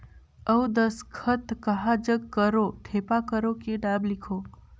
अउ दस्खत कहा जग करो ठेपा करो कि नाम लिखो?